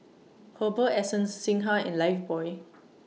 Herbal Essences Singha and Lifebuoy